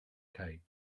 kite